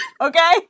Okay